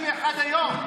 61 היום.